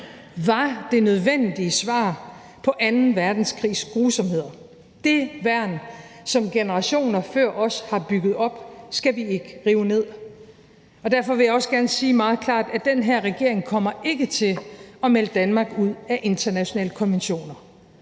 var det nødvendige svar på anden verdenskrigs grusomheder; det værn, som generationer før os har bygget op, skal vi ikke rive ned. Derfor vil jeg også gerne sige meget klart, at den her regering ikke kommer til at melde Danmark ud af internationale konventioner,